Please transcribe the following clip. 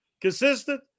consistent